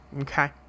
Okay